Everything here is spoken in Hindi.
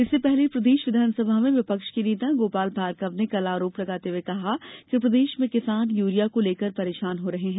इससे पहले प्रदेश विधानसभा में विपक्ष के नेता गोपाल भार्गव ने कल आरोप लगाते हुए कहा था कि प्रदेश में किसान यूरिया को लेकर परेशान हो रहे हैं